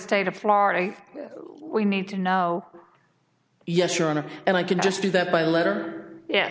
state of florida we need to know yes your honor and i can just do that by letter ye